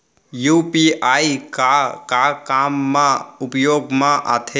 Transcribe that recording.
UPI का का काम मा उपयोग मा आथे?